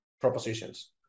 propositions